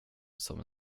som